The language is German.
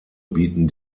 bieten